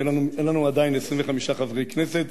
אין לנו עדיין 25 חברי כנסת,